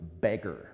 beggar